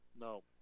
No